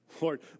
Lord